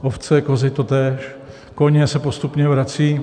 Ovce, kozy totéž, koně se postupně vracejí.